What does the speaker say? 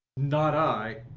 not i.